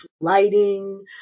lighting